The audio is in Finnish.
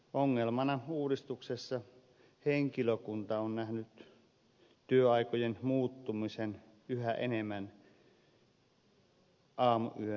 ongelmana uudistuksessa henkilökunta on nähnyt työaikojen muuttumisen yhä enemmän aamuyön tunneille